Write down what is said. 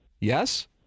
Yes